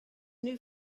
new